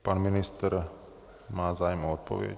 Pan ministr má zájem o odpověď.